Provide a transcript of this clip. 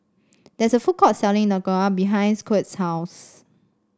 there is a food court selling Dhokla behind Quint's house